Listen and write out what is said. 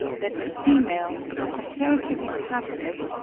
that the female, though comparatively passive,